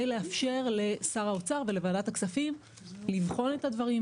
לאפשר לשר האוצר ולוועדת הכספים לבחון את הדברים.